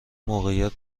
موقعیت